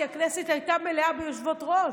כי הכנסת הייתה מלאה ביושבות-ראש.